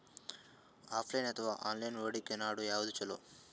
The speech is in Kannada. ಆಫಲೈನ ಅಥವಾ ಆನ್ಲೈನ್ ಹೂಡಿಕೆ ನಡು ಯವಾದ ಛೊಲೊ?